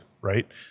right